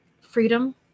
freedom